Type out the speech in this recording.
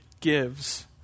gives